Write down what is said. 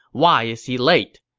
why is he late?